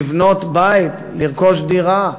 לבנות בית, לרכוש דירה,